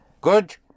good